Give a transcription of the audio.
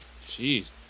Jeez